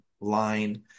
line